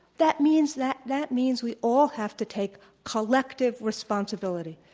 that means that that means we all have to take collective responsibility.